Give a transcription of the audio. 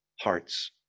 hearts